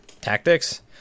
tactics